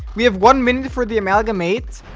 we have one minute for the amalgamate